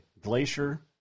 Glacier